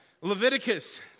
Leviticus